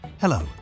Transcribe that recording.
Hello